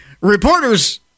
Reporters